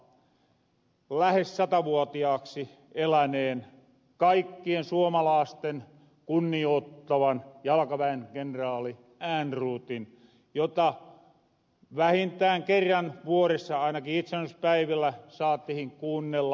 kaikki muistaa lähes satavuotiaaksi eläneen kaikkien suomalaasten kunnioottaman jalakaväenkenraali ehrnroothin jota vähintään kerran vuoressa ainakin itsenäisyyspäivillä saatihin kuunnella